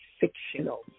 fictional